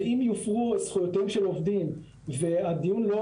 ואם יופרו זכויותיהם של עובדים והדיון לא